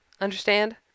understand